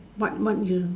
what what you